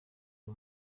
uyu